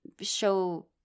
show